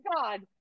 God